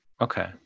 Okay